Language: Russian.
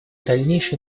дальнейшей